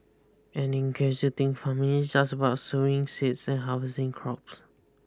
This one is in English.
and in case you think farming is just about sowing seeds and harvesting crops